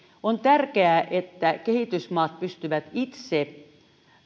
on tärkeää että kehitysmaat pystyvät itse